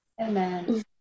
Amen